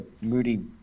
moody